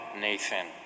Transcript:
Nathan